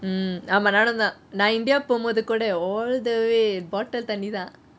ஆமா நானும்தான் நான் இந்தியா போகும்போதுகூட:aama naanumthaan naan india pogumpothukoode all the way bottle தண்ணிதான்:thannitaan